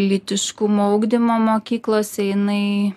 lytiškumo ugdymo mokyklose jinai